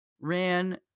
ran